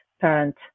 parent